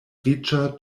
riĉa